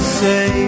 say